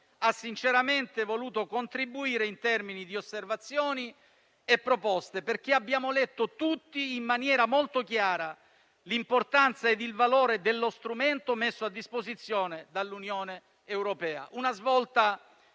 ha sinceramente voluto contribuire in termini di osservazioni e proposte, perché abbiamo letto tutti in maniera molto chiara l'importanza e il valore dello strumento messo a disposizione dall'Unione europea. Una svolta